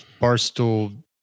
Barstool